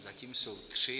Zatím jsou tři.